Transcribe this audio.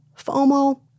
FOMO